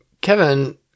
Kevin